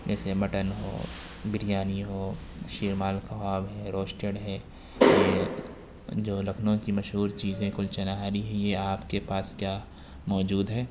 جیسے مٹن ہو بریانی ہو شیرمال کباب ہے روسٹیڈ ہے یہ جو لکھنؤ کی مشہور چیزیں کلچا نہاری ہے یہ آپ کے پاس کیا موجود ہے